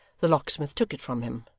the locksmith took it from him,